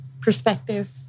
perspective